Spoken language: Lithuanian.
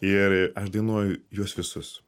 ir aš dainuoju juos visus